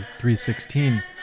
3.16